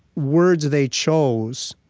words they chose,